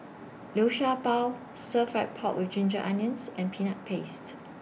Liu Sha Bao Stir Fry Pork with Ginger Onions and Peanut Paste